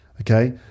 Okay